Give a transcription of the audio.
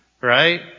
right